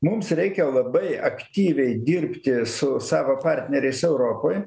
mums reikia labai aktyviai dirbti su savo partneriais europoj